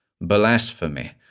blasphemy